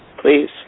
Please